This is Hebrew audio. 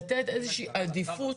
לתת איזו שהיא עדיפות,